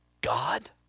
God